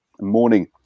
morning